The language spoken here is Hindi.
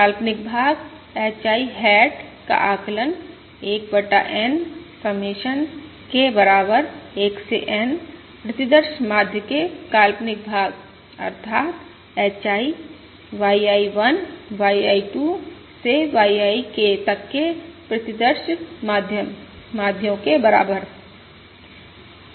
काल्पनिक भाग H I हैट का आकलन 1 बटा N समेशन K बराबर 1 से N प्रतिदर्श माध्य के काल्पनिक भाग अर्थात H I YI 1 YI 2 से YIK तक के प्रतिदर्श माध्यो के बराबर है